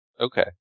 Okay